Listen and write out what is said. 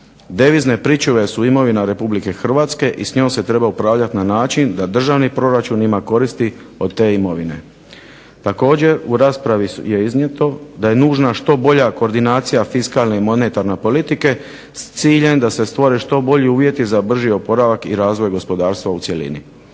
Devizne pričuve su imovina republike Hrvatske i s njom se treba upravljati na način da državni proračun ima koristi od te imovine. Također u raspravi je iznijeto da je nužna što bolja koordinacija fiskalne i monetarne politike s ciljem da se stvore što bolji uvjeti za oporavak i razvoj gospodarstva u cjelini.